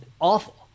awful